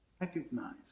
recognize